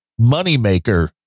moneymaker